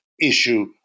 issue